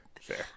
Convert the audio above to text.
fair